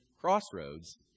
crossroads